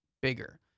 bigger